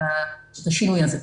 את השינוי הזה.